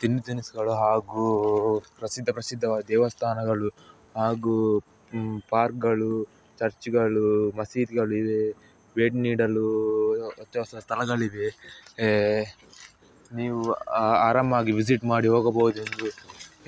ತಿಂಡಿ ತಿನಿಸುಗಳು ಹಾಗೂ ಪ್ರಸಿದ್ಧ ಪ್ರಸಿದ್ಧವಾದ ದೇವಸ್ಥಾನಗಳು ಹಾಗೂ ಪಾರ್ಕ್ಗಳು ಚರ್ಚ್ಗಳು ಮಸೀದಿಗಳು ಇವೆ ಬೇಟಿ ನೀಡಲು ಹೊಚ್ಚ ಹೊಸ ಸ್ಥಳಗಳಿವೆ ನೀವು ಆರಾಮಾಗಿ ವಿಸಿಟ್ ಮಾಡಿ ಹೋಗಬೋದೆಂದು